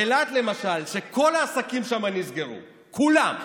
שכל העסקים שם נסגרו, כולם,